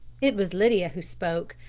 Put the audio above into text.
it was lydia who spoke.